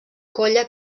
colla